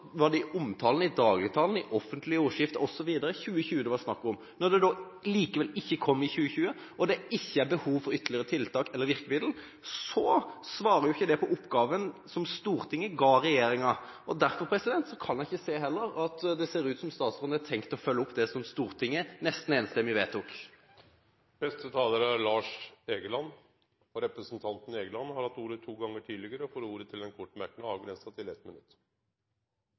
var det i omtalen, i dagligtalen, i offentlige ordskifter osv. 2020 det var snakk om. Når det da likevel ikke kommer i 2020, og det ikke er behov for ytterligere tiltak eller virkemidler, svarer jo ikke det på oppgaven som Stortinget ga regjeringen. Derfor kan jeg heller ikke se at det ser ut som statsråden har tenkt å følge opp det som Stortinget – nesten enstemmig – vedtok. Representanten Egeland har hatt ordet to gonger tidlegare og får ordet til ein kort merknad, avgrensa til 1 minutt.